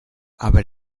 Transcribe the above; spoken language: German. aber